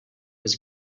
was